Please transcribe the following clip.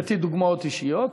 הבאתי דוגמאות אישיות